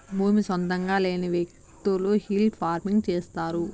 భూమి సొంతంగా లేని వ్యకులు హిల్ ఫార్మింగ్ చేస్తారు